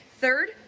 Third